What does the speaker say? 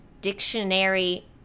dictionary